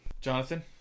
Jonathan